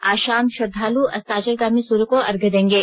आज शाम श्रद्दाल् अस्ताचलगामी सूर्य को अर्घ्य देंगे